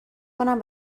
کنم